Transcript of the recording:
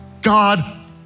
God